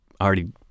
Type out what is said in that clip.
already